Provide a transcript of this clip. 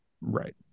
Right